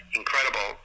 incredible